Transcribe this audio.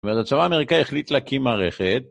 ואז הצבא האמריקאי החליט להקים מערכת.